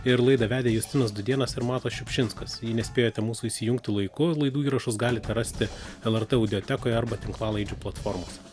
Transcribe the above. ir laidą vedė justinas dudėnas ir matas šiupšinskas nespėjote mūsų įsijungti laiku laidų įrašus galite rasti lrt audiotekoje arba tinklalaidžių platformose